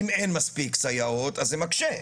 אם אין מספיק סייעות, אז זה מקשה.